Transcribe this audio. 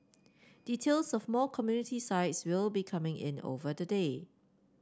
details of more community sites will be coming in over the day